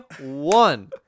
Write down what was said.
one